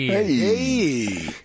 Hey